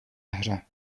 hře